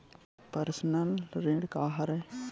Personal ऋण का हरय?